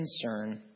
concern